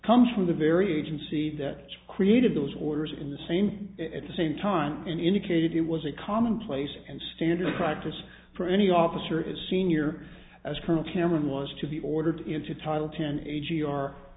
comes from the very agency that created those orders in the same at the same time indicated it was a commonplace and standard practice for any officer is senior as colonel cameron was to be ordered into